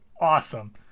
Awesome